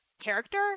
character